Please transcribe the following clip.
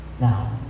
Now